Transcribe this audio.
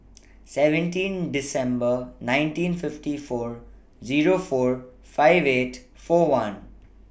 seventeen December nineteen fifty four Zero four five eight four one